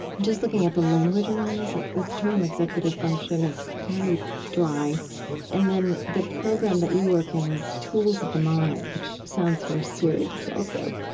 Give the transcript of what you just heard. just looking at the language around this, like this term executive function is very dry and then the program that you work in is tools of the mind, mind, which sounds very serious also.